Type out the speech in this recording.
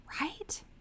Right